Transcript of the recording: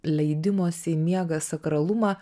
leidimosi į miegą sakralumą